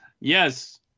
Yes